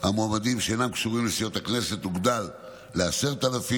המועמדים שאינם קשורים לסיעות הכנסת תוגדל ל-10,000